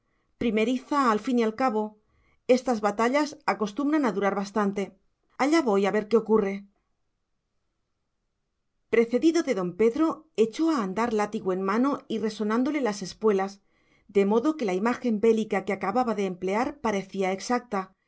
primeriza al fin y al cabo estas batallas acostumbran durar bastante allá voy a ver qué ocurre precedido de don pedro echó a andar látigo en mano y resonándole las espuelas de modo que la imagen bélica que acababa de emplear parecía exacta